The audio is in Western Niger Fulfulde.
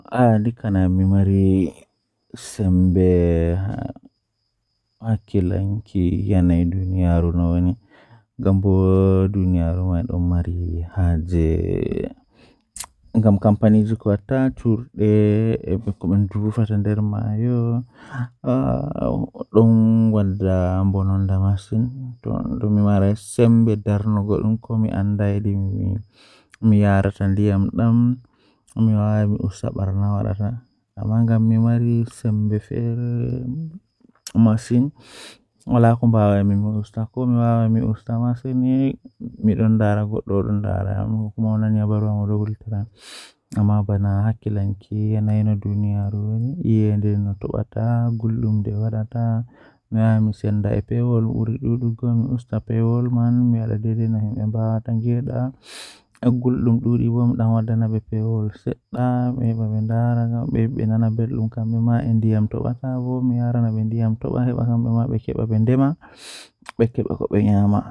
Ɗokam ɗum Wala nafu ɓikkon tokka jangugo haa makaranta poemin waɗtude heɓugol ko moƴƴi e jango e keewɗi ngam inndiyanke. Ɓe waɗtude poemin heɓugol goɗɗum e neɗɗo ngam fotta koɓe ngalle e sabu ngaawde waɗtude ko moƴƴi e leƴƴi. Poemin suudu ɗum fof woni o wawɗi ɗum fowru ngal, kadi ɓe heɓugol tawtude ngam tawtugol neɗɗo, njilli laawol e safara.